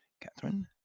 Catherine